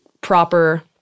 proper